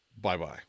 Bye-bye